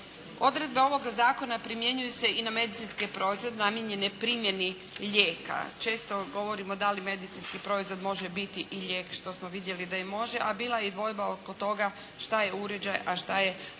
Odredbe ovoga zakona primjenjuju se i na medicinske proizvode namijenjene primjeni lijeka. Često govorimo da li medicinski proizvod može biti i lijek što smo vidjeli da i može, a bila je i dvojba oko toga šta je uređaj, a šta je aparatura?